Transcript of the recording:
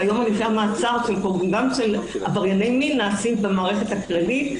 כי היום הליכי המעצר של עברייני מין נעשים במערכת הכללית.